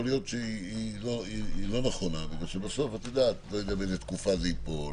יכול להיות שזה לא נכון בגלל שבסוף אני לא יודע באיזו תקופה זה ייפול,